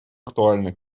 актуальны